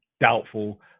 doubtful